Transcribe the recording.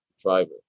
Driver